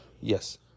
Yes